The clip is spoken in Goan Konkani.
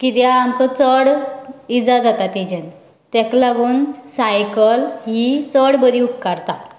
कित्याक आमकां चड इजा जाता तेजन तेक लागून सायकल ही चड बरी उपकारता